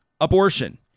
Abortion